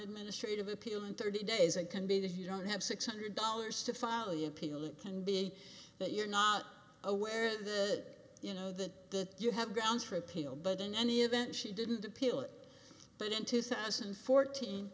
administrative appealing thirty days it can be that you don't have six hundred dollars to file the appeal it can be that you're not aware that you know that you have grounds for appeal but in any event she didn't appeal it but in two thousand and fourteen